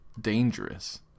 dangerous